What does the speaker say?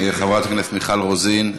חברת הכנסת מיכל רוזין,